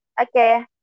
Okay